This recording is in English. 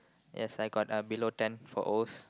yes I got uh below ten for Os